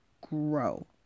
grow